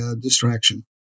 distraction